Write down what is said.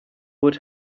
would